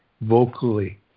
vocally